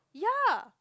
ya